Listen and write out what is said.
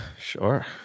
sure